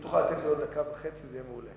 אם תוכל לתת לי עוד דקה וחצי, זה יהיה מעולה.